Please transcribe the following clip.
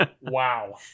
Wow